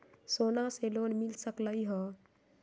सोना से लोन मिल सकलई ह?